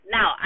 Now